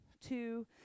two